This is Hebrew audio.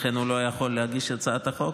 ולכן הוא לא יכול היה להגיש הצעת חוק.